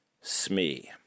Smee